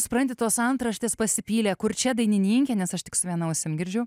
supranti tos antraštės pasipylė kurčia dainininkė nes aš tik viena ausim girdžiu